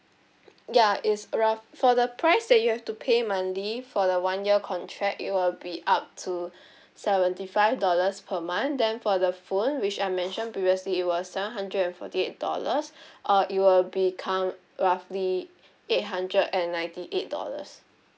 ya is around for the price that you have to pay monthly for the one year contract it will be up to seventy five dollars per month then for the phone which I mentioned previously it was seven hundred and forty eight dollars or it will become roughly eight hundred and ninety eight dollars